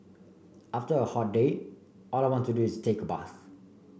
after a hot day all I want to do is take a bath